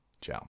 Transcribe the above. Ciao